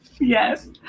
Yes